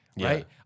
right